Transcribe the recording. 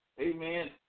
amen